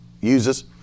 uses